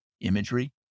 imagery